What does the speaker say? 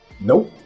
Nope